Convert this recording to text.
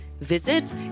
Visit